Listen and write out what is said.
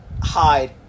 hide